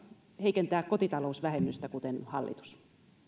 heikentää kotitalousvähennystä kuten hallitus